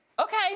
Okay